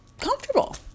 comfortable